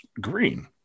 green